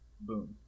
boom